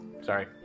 Sorry